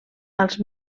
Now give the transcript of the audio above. als